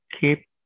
keep